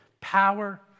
power